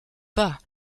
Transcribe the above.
pas